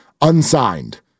unsigned